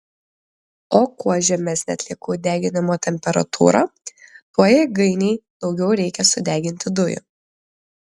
o kuo žemesnė atliekų deginimo temperatūra tuo jėgainei daugiau reikia sudeginti dujų